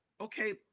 okay